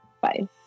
Bye